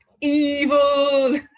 Evil